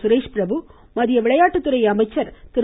சுரேஷ்பிரபு மத்திய விளையாட்டு துறை அமைச்சர் திரு